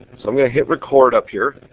so i'm going to hit record up here.